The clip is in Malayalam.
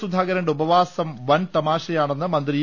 സുധാകരന്റെ ഉപവാസം വൻതമാശയാണെന്ന് മന്ത്രി ഇ